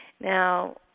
Now